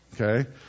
Okay